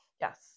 Yes